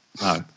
No